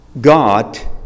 God